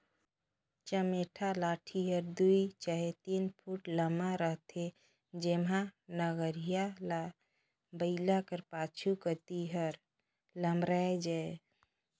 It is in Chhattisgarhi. चमेटा लाठी हर दुई चहे तीन फुट लम्मा रहथे जेम्हा नगरिहा ल बइला कर पाछू कती हर लमराए जाए